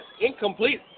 incomplete